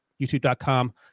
youtube.com